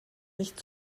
nicht